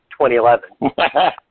2011